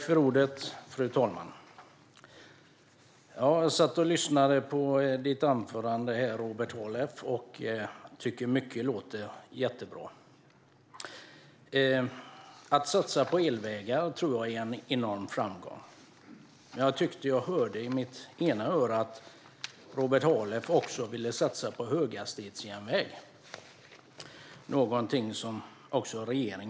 Fru talman! Jag satt och lyssnade på ditt anförande, Robert Halef. Mycket av det du säger låter jättebra. Jag tror att det kan bli en enorm framgång att satsa på elvägar. Men jag tyckte att jag med mitt ena öra hörde att du också vill satsa på höghastighetsjärnväg. Det vill regeringen också göra.